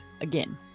again